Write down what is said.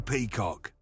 Peacock